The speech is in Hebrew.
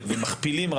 ומכפילים,